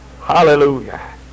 Hallelujah